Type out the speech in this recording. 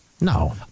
no